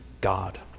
God